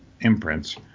imprints